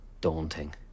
daunting